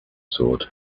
sword